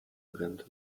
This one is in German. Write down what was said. brennt